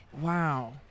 wow